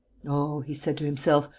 oh, he said to himself,